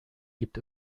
gibt